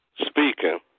speaking